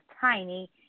Tiny